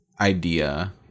idea